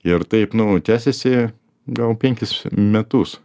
ir taip nu tęsiasi gal penkis metus